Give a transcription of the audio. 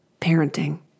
parenting